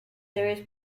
series